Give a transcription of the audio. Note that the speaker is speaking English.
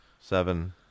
seven